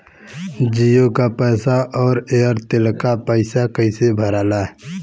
जीओ का पैसा और एयर तेलका पैसा कैसे भराला?